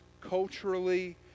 culturally